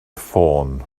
ffôn